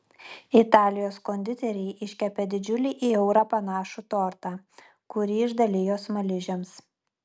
italijos konditeriai iškepė didžiulį į eurą panašų tortą kurį išdalijo smaližiams